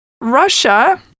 Russia